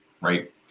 right